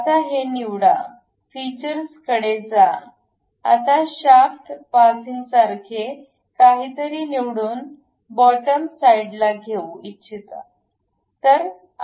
आता हे निवडा फीचर्स कडे जा आता शाफ्ट पासिंग सारखे काहीतरी निवडून बॉटम साईडला घेऊ इच्छितो